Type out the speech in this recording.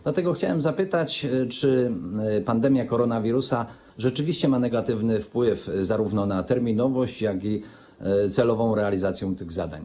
Dlatego chciałbym zapytać, czy pandemia koronawirusa rzeczywiście ma negatywny wpływ zarówno na terminowość, jak i celową realizację tych zadań.